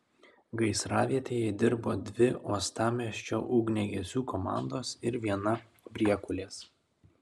gaisravietėje dirbo dvi uostamiesčio ugniagesių komandos ir viena priekulės